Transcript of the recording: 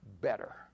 better